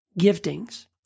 giftings